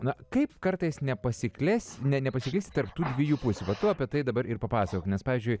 na kaip kartais nepasikles nepasiklysti tarp tų dviejų pusių va tu apie tai dabar ir papasakok nes pavyzdžiui